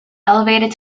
elevated